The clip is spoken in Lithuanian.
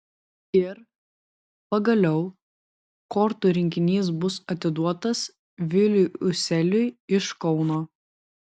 ir pagaliau kortų rinkinys bus atiduotas viliui useliui iš kauno